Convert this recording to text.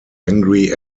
angry